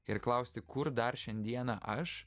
ir klausti kur dar šiandieną aš